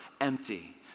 empty